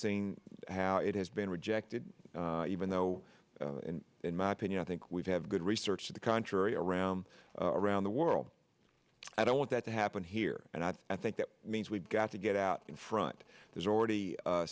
seen how it has been rejected even though in my opinion i think we've had good research to the contrary around around the world i don't want that to happen here and i think that means we've got to get out in front there's already